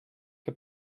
que